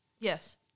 Yes